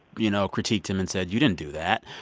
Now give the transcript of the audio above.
you know, critiqued him and said, you didn't do that.